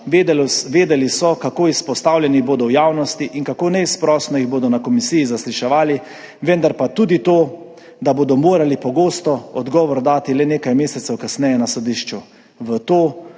Vedeli so, kako izpostavljeni bodo v javnosti in kako neizprosno jih bodo zasliševali na komisiji, vendar pa tudi to, da bodo morali pogosto odgovor dati le nekaj mesecev kasneje na sodišču. V to,